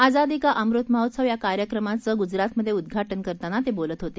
आजादी का अमृत महोत्सव या कार्यक्रमाचं गुजरातमध्ये उद्घाऊ करताना ते बोलत होते